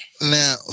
Now